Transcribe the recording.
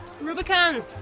Rubicon